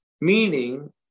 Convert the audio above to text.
meaning